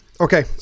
Okay